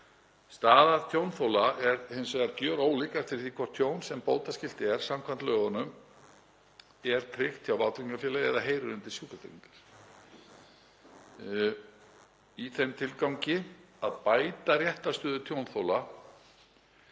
Staða tjónþola er hins vegar gjörólík eftir því hvort tjón sem bótaskylt er samkvæmt lögunum er tryggt hjá vátryggingafélagi eða heyrir undir Sjúkratryggingar. Í þeim tilgangi að bæta réttarstöðu tjónþola